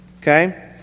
okay